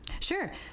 Sure